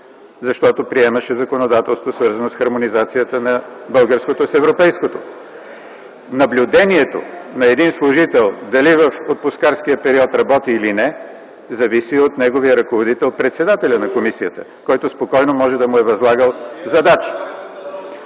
защото приемаше законодателство, свързано с хармонизацията на българското с европейското. Наблюдението на един служител дали в отпускарския период работи или не зависи от неговия ръководител – председателят на комисията, който спокойно може да му е възлагал задачи.